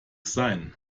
sein